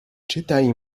czytaj